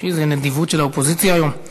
איזו נדיבות של האופוזיציה היום.